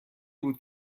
بود